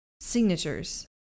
signatures